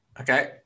Okay